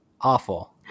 Awful